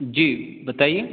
जी बताइए